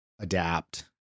adapt